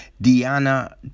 Diana